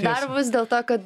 darbus dėl to kad